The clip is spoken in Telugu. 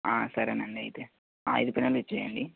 సరేనండయితే ఆ ఐదు పెన్నులు ఇచ్చేయండి